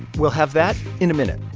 we'll have that in a minute.